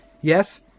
yes